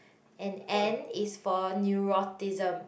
and N is for neuroticism